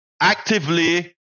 actively